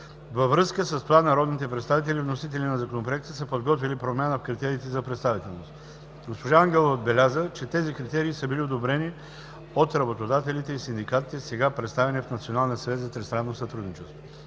Във връзка с това народните представители, вносители на Законопроекта, са подготвили промяна в критериите за представителност. Госпожа Ангелова отбеляза, че тези критерии са били одобрени от работодателите и синдикати, сега представени в Националния съвет за тристранно сътрудничество.